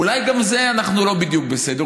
אולי גם בזה אנחנו לא בדיוק בסדר,